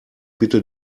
bitte